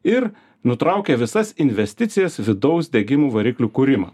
ir nutraukia visas investicijas vidaus degimų variklių kūrimą